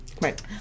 Right